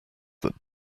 that